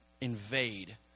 invade